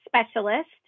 specialist